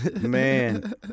man